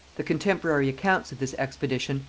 the contemporary accounts of this expedition,